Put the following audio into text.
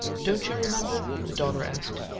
don't you remember? the daughter asked.